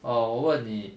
orh 我问你